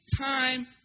time